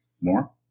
More